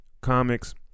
Comics